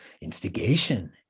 instigation